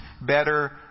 better